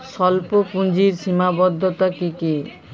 স্বল্পপুঁজির সীমাবদ্ধতা কী কী?